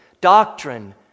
doctrine